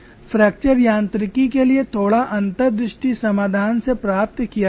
fracture यांत्रिकी के लिए थोड़ा अंतर्दृष्टि समाधान से प्राप्त किया गया था